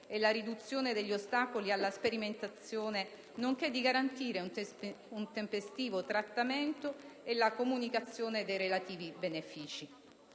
e la riduzione degli ostacoli alla sperimentazione, nonché di garantire un tempestivo trattamento e la comunicazione dei relativi benefici».